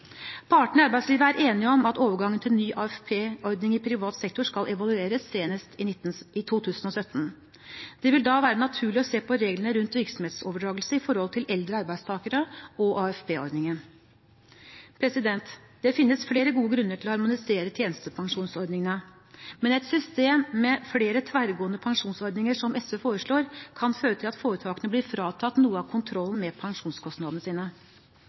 Partene i arbeidslivet er enige om at overgangen til ny AFP-ordning i privat sektor skal evalueres senest i 2017. Det vil da være naturlig å se på reglene rundt virksomhetsoverdragelse i forhold til eldre arbeidstakere og AFP-ordningen. Det finnes flere gode grunner til å harmonisere tjenestepensjonsordningene, men et system med flere tverrgående pensjonsordninger, som SV foreslår, kan føre til at foretakene kan bli fratatt noe av kontrollen med pensjonskostnadene sine.